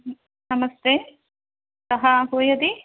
नमस्ते कः श्रूयते